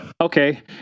okay